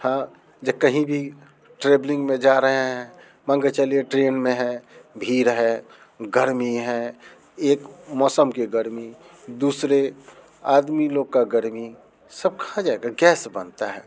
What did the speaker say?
हाँ या कहीं भी ट्रेबलिंग में जा रहे हैं मान के चलिए ट्रेन में है भीड़ है गर्मी है एक मौसम के गर्मी दूसरे आदमी लोग का गर्मी सब खा जाएगा गैस बनता है